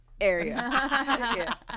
Area